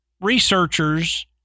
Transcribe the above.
researchers